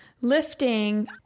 lifting